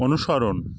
অনুসরণ